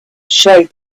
showed